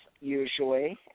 usually